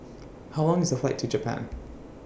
How Long IS The Flight to Japan